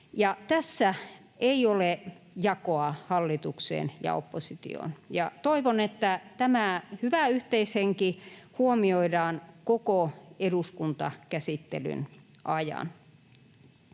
tässä ei ole jakoa hallitukseen ja oppositioon. Toivon, että tämä hyvä yhteishenki huomioidaan koko eduskuntakäsittelyn ajan.